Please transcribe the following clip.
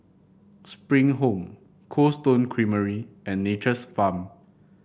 Spring Home Cold Stone Creamery and Nature's Farm